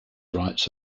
rights